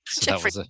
jeffrey